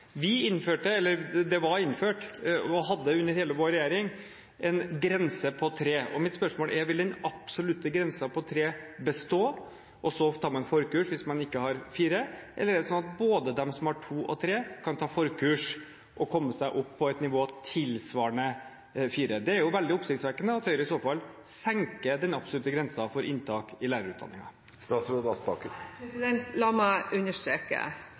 Det var innført og vi hadde under hele vår regjeringstid en grense på 3. Mitt spørsmål er: Vil den absolutte grensen på 3 bestå, og så tar man et forkurs hvis man ikke har 4, eller er det sånn at både de som har 2, og de som har 3, kan ta forkurs og komme seg opp på et nivå tilsvarende 4? Det er veldig oppsiktsvekkende at Høyre i så fall senker den absolutte grensen for inntak i